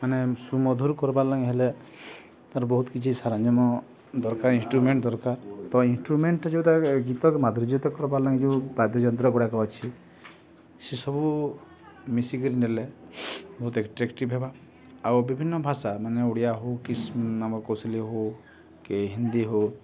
ମାନେ ସୁମଧୁର କର୍ବାର୍ ଲଙ୍ଗି ହେଲେ ତାର ବହୁତ କିଛି ସାରଞ୍ଜମ ଦରକାର ଇନଷ୍ଟ୍ରୁମେଣ୍ଟ ଦରକାର ତ ଇନଷ୍ଟ୍ରୁମେଣ୍ଟ ଯୋଉଟା ଗୀତ ମଧୁରର୍ଜତ କର୍ବାର ଲାଗି ଯୋଉ ବାଦ୍ୟଯନ୍ତ୍ର ଗୁଡ଼ାକ ଅଛି ସେସବୁ ମିଶିକିରି ନେଲେ ବହୁତ ଏଟ୍ରାକ୍ଟିଭ୍ ହେବା ଆଉ ବିଭିନ୍ନ ଭାଷା ମାନେ ଓଡ଼ିଆ ହଉ କି ଆମର କୋଶଲି ହଉ କି ହିନ୍ଦୀ ହଉ